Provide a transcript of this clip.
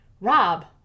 Rob